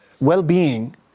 Well-being